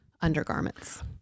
undergarments